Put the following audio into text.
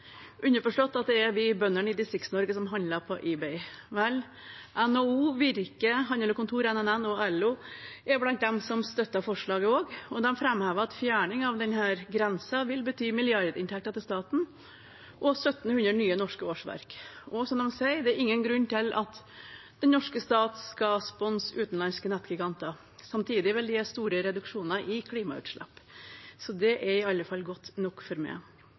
underforstått at det er vi bøndene i Distrikts-Norge som handler på eBay. Vel, NHO, Virke, Handel og Kontor, NNN og LO er også blant dem som støtter forslaget, og de framhever at fjerning av denne grensen vil bety milliardinntekter til staten og 1 700 nye norske årsverk. Og som de sier, det er ingen grunn til at den norske staten skal sponse utenlandske nettgiganter. Samtidig vil det gi store reduksjoner i klimagassutslipp. Det er iallfall godt nok for meg.